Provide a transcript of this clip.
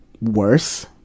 worse